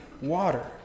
water